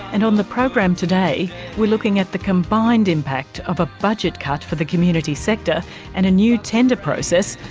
and on the program today we're looking at the combined impact of a budget cut for the community sector and a new tender process,